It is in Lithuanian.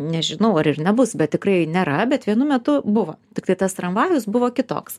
nežinau ar ir nebus bet tikrai nėra bet vienu metu buvo tiktai tas tramvajus buvo kitoks